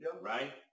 right